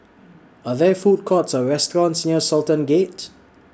Are There Food Courts Or restaurants near Sultan Gate